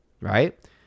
Right